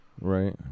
Right